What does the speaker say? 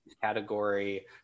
category